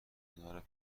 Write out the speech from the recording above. کنار